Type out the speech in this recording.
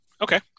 okay